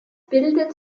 bildete